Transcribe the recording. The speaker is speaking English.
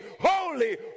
holy